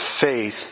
faith